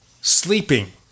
sleeping